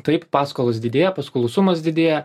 taip paskolos didėja paskolų sumos didėja